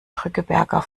drückeberger